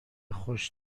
خوش